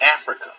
Africa